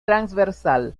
transversal